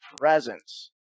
presence